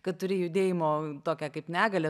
kad turi judėjimo tokią kaip negalią